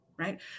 right